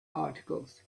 articles